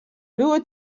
było